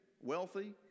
wealthy